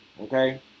okay